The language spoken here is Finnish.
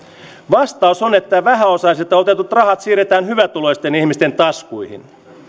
vastaus on että vähäosaisilta otetut rahat siirretään hyvätuloisten ihmisten taskuihin